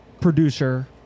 producer